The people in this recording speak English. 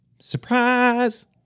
Surprise